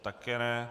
Také ne.